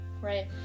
right